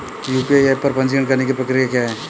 UPI app पर पंजीकरण करने की प्रक्रिया क्या है?